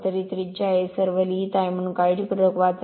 तर ही त्रिज्या आहे हे सर्व लिहित आहे म्हणून काळजीपूर्वक वाचा